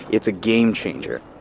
it's a game changer.